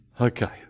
Okay